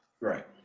right